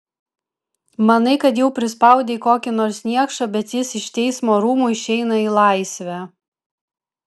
manai kad jau prispaudei kokį nors niekšą bet jis iš teismo rūmų išeina į laisvę